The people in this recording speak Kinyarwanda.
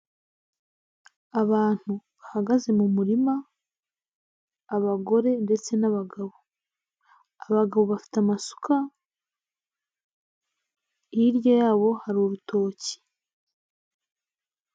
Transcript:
Abantu bahagaze mu murima abagore ndetse n'abagabo, abagabo bafite amasuka hirya yabo hari urutoki.